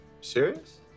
Serious